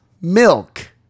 Milk